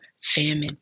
famine